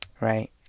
right